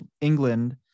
England